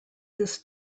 this